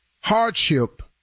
hardship